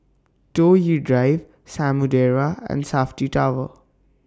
Toh Yi Drive Samudera and Safti Tower